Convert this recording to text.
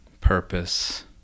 purpose